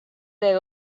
they